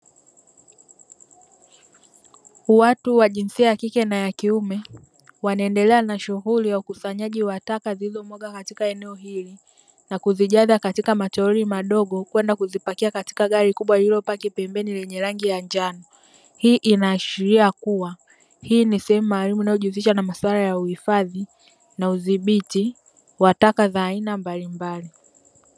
Watu wa jinsia ya kike na ya kiume wanaendelea na shughuli ya ukusanyaji wa taka zilizomwagwa katika eneo hili, na kujaza katika matoroli madogo kwenda kuzipakia katika gari kubwa lililopaki pembeni lenye rangi ya njano. Hii inaashiria kuwa hii ni sehemu maalumu inayojihusisha na maswala ya uhifadhi na udhibiti wa taka za aina mbalimbali.